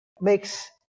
makes